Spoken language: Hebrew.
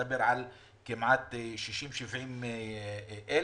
ביישובים אלה מדובר על כ-70,000-60,000 תושבים,